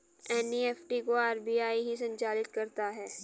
NEFT को RBI ही संचालित करता है